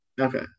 Okay